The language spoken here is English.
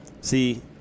see